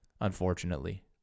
unfortunately